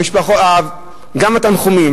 גם התנחומים,